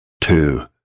Two